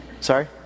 Sorry